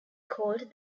called